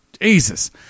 Jesus